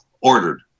ordered